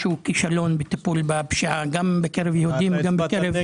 שהוא כישלון בטיפול בפשיעה גם בקרב יהודים וגם בקרב ערבים.